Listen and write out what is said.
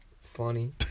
Funny